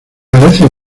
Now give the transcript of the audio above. parece